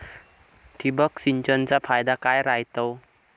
ठिबक सिंचनचा फायदा काय राह्यतो?